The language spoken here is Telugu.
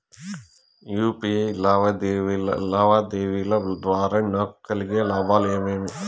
యు.పి.ఐ లావాదేవీల ద్వారా నాకు కలిగే లాభాలు ఏమేమీ?